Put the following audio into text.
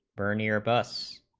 bernier but costs